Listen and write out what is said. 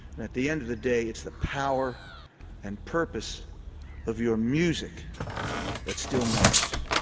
and at the end of the day it's the power and purpose of your music that still matters.